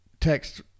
Text